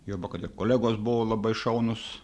juoba kad ir kolegos buvo labai šaunūs